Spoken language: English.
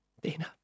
Dana